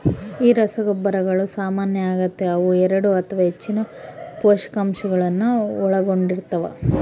ಈ ರಸಗೊಬ್ಬರಗಳು ಸಾಮಾನ್ಯ ಆಗತೆ ಅವು ಎರಡು ಅಥವಾ ಹೆಚ್ಚಿನ ಪೋಷಕಾಂಶಗುಳ್ನ ಒಳಗೊಂಡಿರ್ತವ